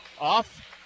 Off